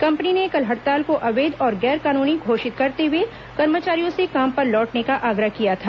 company ने कल हड़ताल को अवैध और गैर कानूनी घोषित करते हुए कर्मचारियों से काम पर लौटने का आग्रह किया था